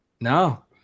No